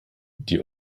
die